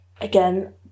again